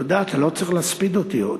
תודה, אבל לא צריך להספיד אותי עדיין.